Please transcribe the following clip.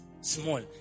small